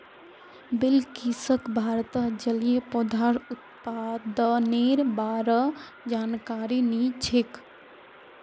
बिलकिसक भारतत जलिय पौधार उत्पादनेर बा र जानकारी नी छेक